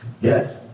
Yes